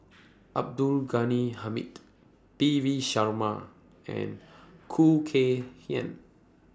Abdul Ghani Hamid P V Sharma and Khoo Kay Hian